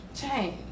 change